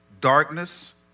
darkness